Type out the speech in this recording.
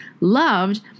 loved